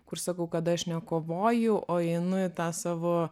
kur sakau kad aš ne kovoju o einu į tą savo